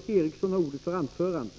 i positiv riktning.